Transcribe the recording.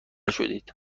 شدید